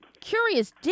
curious